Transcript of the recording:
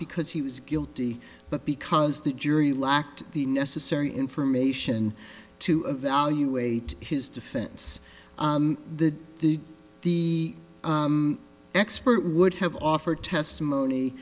because he was guilty but because the jury lacked the necessary information to evaluate his defense the the the expert would have offered testimony